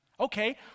Okay